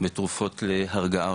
בתרופות להרגעה,